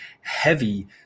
heavy